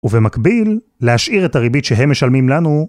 ובמקביל, להשאיר את הריבית שהם משלמים לנו.